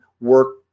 work